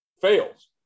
fails